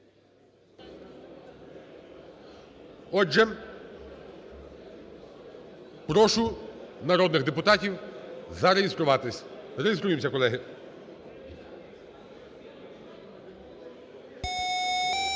Отже, прошу народних депутатів зареєструватись. Реєструємося, колеги.